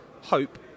hope